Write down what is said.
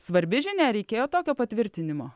svarbi žinia reikėjo tokio patvirtinimo